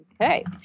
okay